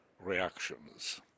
reactions